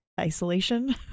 isolation